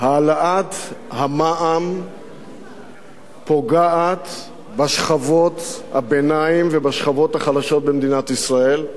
העלאת המע"מ פוגעת בשכבות הביניים ובשכבות החלשות במדינת ישראל.